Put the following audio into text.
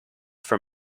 from